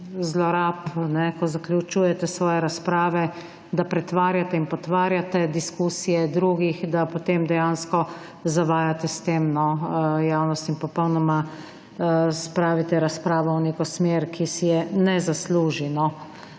zlorab, ko zaključujete svoje razprave, da pretvarjate in potvarjate diskusije drugih, da potem dejansko zavajate s tem javnost in popolnoma spravite razpravo v neko smer, ki si je ne zasluži.